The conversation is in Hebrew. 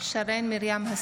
ירים את